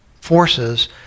forces